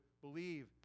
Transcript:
believe